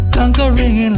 Conquering